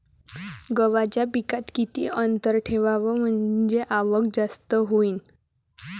गव्हाच्या पिकात किती अंतर ठेवाव म्हनजे आवक जास्त होईन?